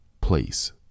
place